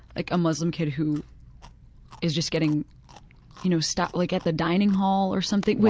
like a muslim kid who is just getting you know stopped like at the dining hall or something,